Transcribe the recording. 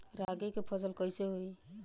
रागी के फसल कईसे होई?